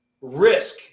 risk